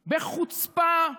בחוצפה,